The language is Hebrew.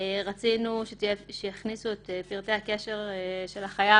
רצינו שיכניסו את פרטי הקשר של החייב,